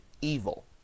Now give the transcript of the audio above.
evil